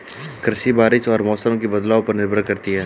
कृषि बारिश और मौसम के बदलाव पर निर्भर करती है